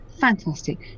fantastic